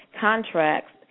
contracts